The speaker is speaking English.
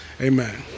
Amen